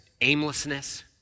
aimlessness